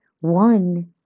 one